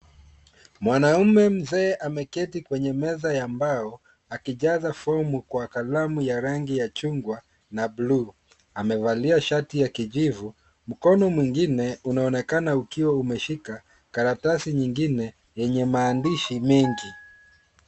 Mwanaume mzee ameketi kwenye meza ya mbao akijaza fomu kwa kalamu ya rangi ya chungwa na bluu. Amevalia shati ya kijivu. Mkono mwingine unaonekana ukiwa umeshika karatasi nyingine yenye maandishi mengi.